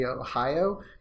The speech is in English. Ohio